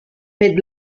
fet